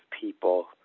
people